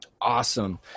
Awesome